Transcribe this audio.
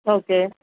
okay